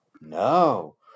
No